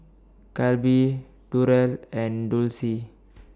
Kolby Durell and Dulcie